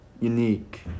unique